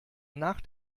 nach